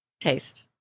taste